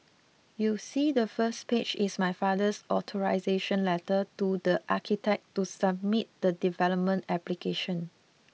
you see the first page is my father's authorisation letter to the architect to submit the development application